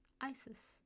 Isis